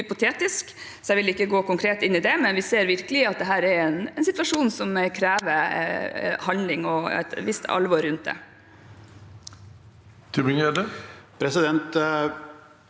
jeg vil ikke gå konkret inn på det, men vi ser virkelig at dette er en situasjon som krever handling og et visst alvor.